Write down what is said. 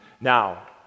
Now